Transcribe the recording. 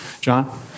John